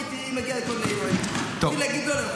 הייתי מגיע --- אפילו להגיד לא,